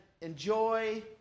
enjoy